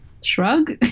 shrug